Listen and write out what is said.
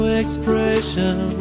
expression